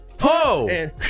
Ho